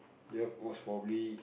yup most probably